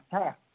हाँ